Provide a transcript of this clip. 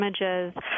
images